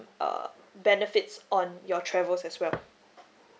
uh benefits on your travels as well